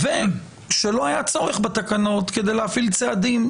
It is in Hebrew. ושלא היה צורך בתקנות כדי להפעיל צעדים,